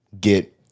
get